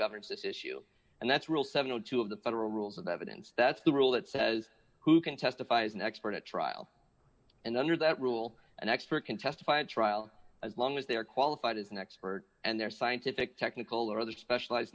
governs this issue and that's rule seven hundred and two of the federal rules of evidence that's the rule that says who can testify as an expert at trial and under that rule an expert can testify at trial as long as they are qualified as an expert and their scientific technical or other specialized